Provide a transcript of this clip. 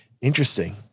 interesting